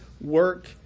work